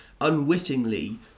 unwittingly